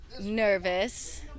nervous